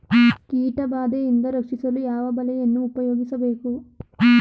ಕೀಟಬಾದೆಯಿಂದ ರಕ್ಷಿಸಲು ಯಾವ ಬಲೆಯನ್ನು ಉಪಯೋಗಿಸಬೇಕು?